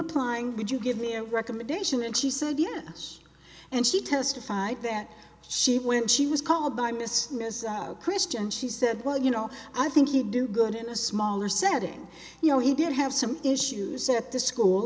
applying would you give me a recommendation and she said yes and she testified that she when she was called by mr ms christian she said well you know i think you do good in a smaller setting you know he did have some issues at the school